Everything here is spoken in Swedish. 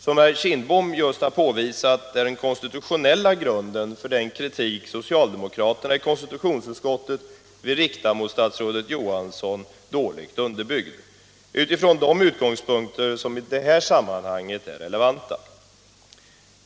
Som herr Kindbom just har påvisat är den konstitutionella grunden för den kritik socialdemokraterna i konstitutionsutskottet vill rikta mot statsrådet Johansson dåligt underbyggd från de utgångspunkter som i detta sammanhang är relevanta.